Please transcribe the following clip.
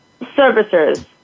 servicers